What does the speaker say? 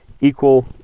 equal